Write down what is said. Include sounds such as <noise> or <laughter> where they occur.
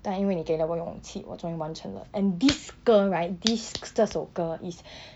但因为你给了我勇气我终于完成了 and this girl right this 这首歌 <breath>